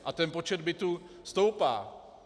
A ten počet bytů stoupá.